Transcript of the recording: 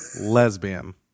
lesbian